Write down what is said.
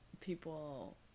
people